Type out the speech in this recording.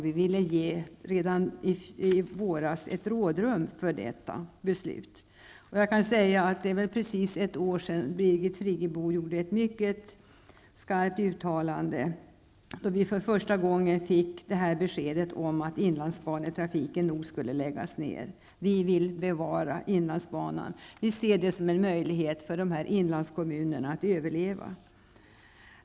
Vi ville redan i våras ge ett rådrum. Det är precis ett år sedan Birgit Friggebo gjorde ett mycket skarpt uttalande, då vi för första gången fick beskedet att inlandsbanetrafiken nog skulle läggas ned. Vi vill bevara inlandsbanan! Vi ser det som en möjlighet för inlandskommunerna att överleva.